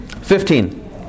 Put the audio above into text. Fifteen